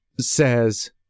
says